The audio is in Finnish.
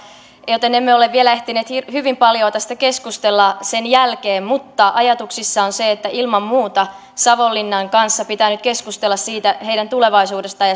joten emme ole vielä ehtineet hyvin paljoa tästä keskustella sen jälkeen mutta ajatuksissa on se että ilman muuta savonlinnan kanssa pitää nyt keskustella siitä heidän tulevaisuudestaan